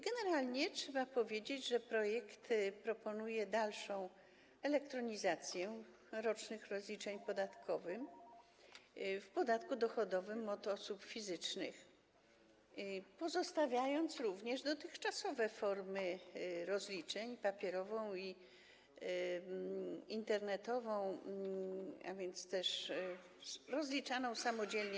Generalnie trzeba powiedzieć, że projekt proponuje dalszą elektronizację rocznych rozliczeń podatkowych w podatku dochodowym od osób fizycznych, pozostawiając również dotychczasowe formy rozliczeń, papierową i internetową, w których podatnik rozlicza się samodzielnie.